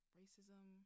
racism